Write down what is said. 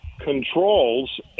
controls